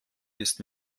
ist